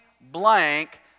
blank